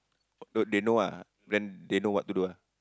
they know ah then they know what to do ah